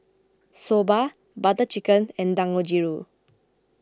Soba Butter Chicken and Dangojiru